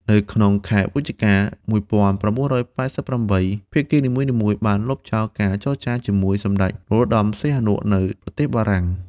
នៅក្នុងខែវិច្ឆិកា ១៩៨៨ ភាគីនីមួយៗបានលុបចោលការចរចាជាមួយសម្ដេច នរោត្តមសីហនុ នៅប្រទេសបារាំង។